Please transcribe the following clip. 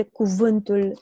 cuvântul